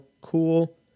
cool